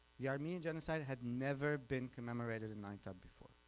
the armenian genocide had never been commemorated in aintab before